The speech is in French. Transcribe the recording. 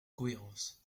cohérence